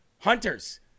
Hunter's